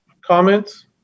comments